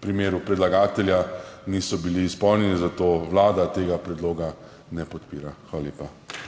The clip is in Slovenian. primeru predlagatelja niso bili izpolnjeni. Zato Vlada tega predloga ne podpira. Hvala lepa.